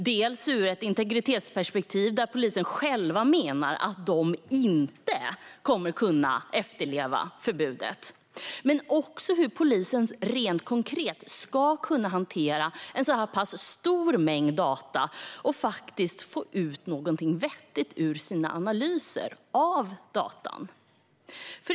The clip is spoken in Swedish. Det handlar delvis om ett integritetsperspektiv, där polisen själv menar att man inte kommer att kunna efterleva förbudet. Men det handlar också om hur polisen rent konkret ska kunna hantera en så här pass stor mängd data och faktiskt få ut någonting vettigt ur sina analyser av denna data.